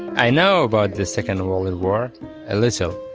i know about the second world and war a little.